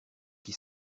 qui